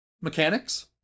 Mechanics